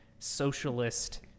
socialist